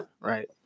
Right